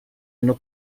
hanno